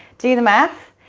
do the math,